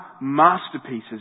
masterpieces